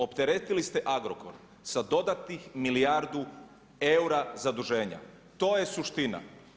Opteretili ste Agrokor sa dodatnih milijardu eura zaduženja, to je suština.